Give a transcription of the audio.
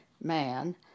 man